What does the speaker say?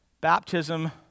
baptism